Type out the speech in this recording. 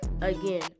Again